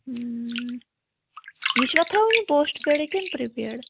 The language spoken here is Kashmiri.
یہِ چھُوا تھاوٕنۍ یہِ پوسٹ پیڈٕے کِنہٕ پِرٛیپیڈ